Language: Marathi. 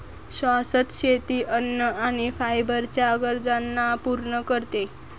शाश्वत शेती अन्न आणि फायबर च्या गरजांना पूर्ण करते